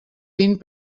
vint